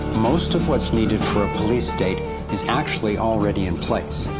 most of what's needed for a police state is actually already in place.